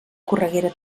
correguera